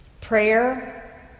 prayer